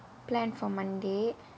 plan for monday